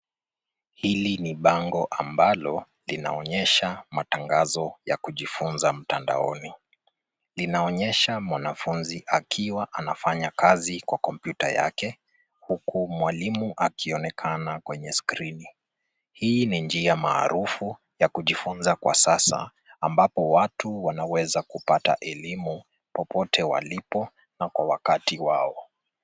Hili ni bango ambalo linaonyesha matangazo ya kujifunza mtandaooni. Linaonyesha mwanafunzi akiwa anafanya kazi kwa kompyuta yake huku mwalimu akionekana kwenye skrini. Hii ni njia maarufu ya kujifunza kwa sasa ambapo watu wanaweza kupata elimu popote walipo na kwa wakati wao.